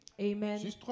Amen